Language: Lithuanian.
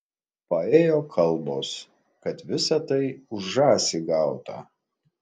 paėjo kalbos kad visa tai už žąsį gauta